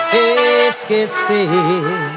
esquecer